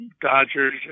Dodgers